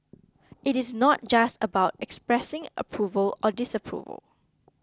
it is not just about expressing approval or disapproval